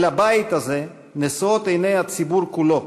אל הבית הזה נשואות עיני הציבור כולו,